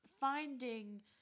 finding